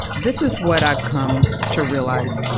this is what i've come to realize.